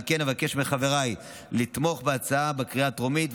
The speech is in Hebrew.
על כן אבקש מחבריי לתמוך בהצעה בקריאה הטרומית,